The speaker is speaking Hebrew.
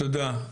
תודה,